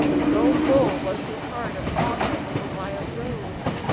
so full was his heart of longing for wildrose.